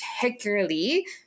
particularly